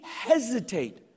hesitate